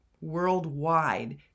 worldwide